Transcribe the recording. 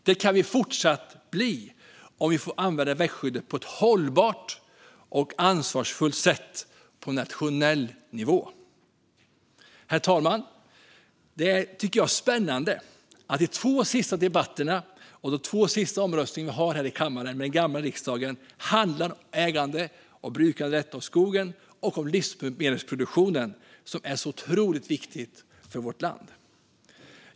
Det kan vi fortsatt göra om vi får använda växtskyddet på ett hållbart och ansvarsfullt sätt på nationell nivå. Herr talman! Jag tycker att det är spännande att de två sista debatterna och de två sista omröstningarna vi har här i kammaren med den nuvarande riksdagen handlar om ägandet och brukandet av skogen samt om livsmedelsproduktionen. Det är så otroligt viktigt för vårt land.